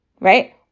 right